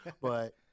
but-